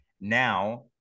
Now